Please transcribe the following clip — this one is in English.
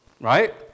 right